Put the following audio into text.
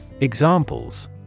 examples